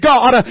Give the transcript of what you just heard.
God